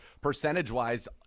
percentage-wise